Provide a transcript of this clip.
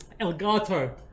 elgato